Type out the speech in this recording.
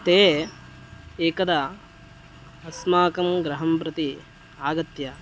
ते एकदा अस्माकं गृहं प्रति आगत्य